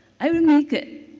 i will make it!